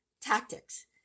tactics